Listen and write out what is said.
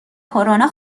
کرونا